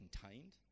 contained